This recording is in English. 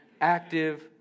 active